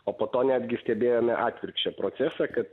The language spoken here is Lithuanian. o po to netgi stebėjome atvirkščią procesą kad